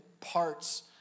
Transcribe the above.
parts